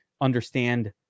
understand